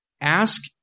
ask